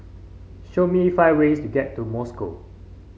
show me five ways to get to Moscow